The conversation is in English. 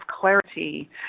clarity